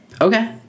Okay